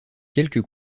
quelques